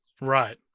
right